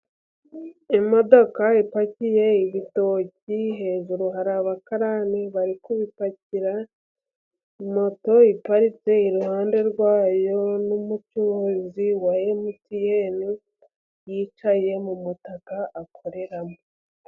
Imodoka ipakiye ibitoki hejuru hari abakarani bari kubipakira, moto iparitse iruhande rwayo, n'umucuruzi wa Emutiyene yicaye mu mutaka akoreramo.